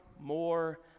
more